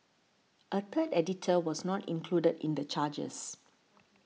a third editor was not included in the charges